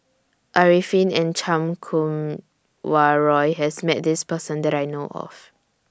Arifin and Chan Kum Wah Roy has Met This Person that I know of